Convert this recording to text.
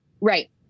Right